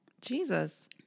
Jesus